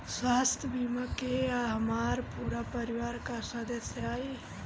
स्वास्थ्य बीमा के अंदर हमार पूरा परिवार का सदस्य आई?